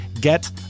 Get